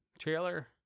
trailer